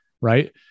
right